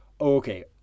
Okay